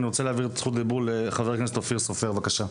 רשות הדיבור לחבר הכנסת אופיר סופר, בבקשה.